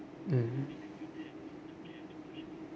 mmhmm